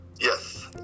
Yes